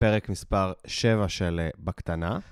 פרק מספר 7 של בקטנה.